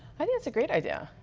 i think it's a great idea.